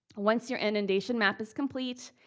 once your inundation map is complete,